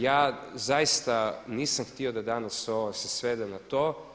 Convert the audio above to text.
Ja zaista nisam htio da ovo danas se svede na to.